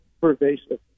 pervasive